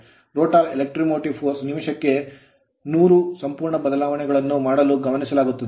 rotor rotor electromotive force electromotive ಬಲವು ನಿಮಿಷಕ್ಕೆ 100 ಸಂಪೂರ್ಣ ಬದಲಾವಣೆಗಳನ್ನು ಮಾಡಲು ಗಮನಿಸಲಾಗುತ್ತದೆ